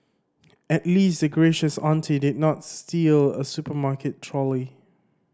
at least the gracious auntie did not steal a supermarket trolley